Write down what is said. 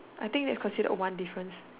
I think that's considered one difference